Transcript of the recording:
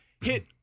hit